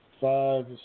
five